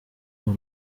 uru